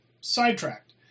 sidetracked